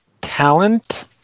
talent